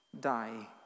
die